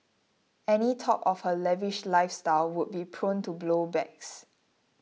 any talk of her lavish lifestyle would be prone to blow backs